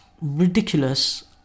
ridiculous